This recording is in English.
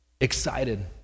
excited